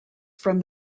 from